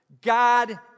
God